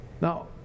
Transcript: Now